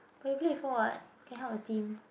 but you play before [what] you can help a team